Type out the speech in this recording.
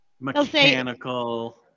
mechanical